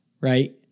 right